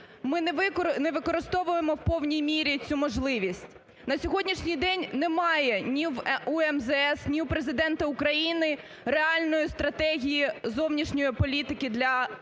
ми не використовуємо в повній мірі цю можливість. На сьогоднішній день немає ні в МЗС, ні у Президента України реальної стратегії зовнішньої політики для України.